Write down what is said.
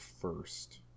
first